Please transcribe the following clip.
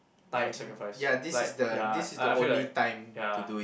times sacrifice like ya I I feel like ya